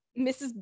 mrs